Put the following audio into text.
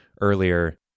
earlier